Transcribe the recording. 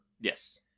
Yes